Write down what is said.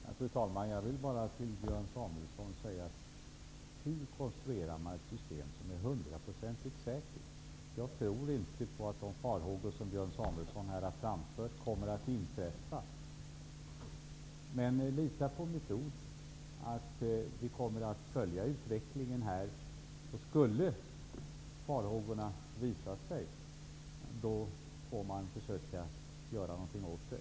Fru talman! Hur konstruerar man ett system som är hundraprocentigt säkert, Björn Samuelson? Jag tror inte att de farhågor som Björn Samuelson här har framfört kommer att inträffa. Lita på mitt ord: Vi kommer att följa utvecklingen. Skulle farhågorna besannas får man försöka att göra någonting åt det.